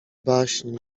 baśń